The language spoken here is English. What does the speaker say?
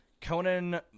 Conan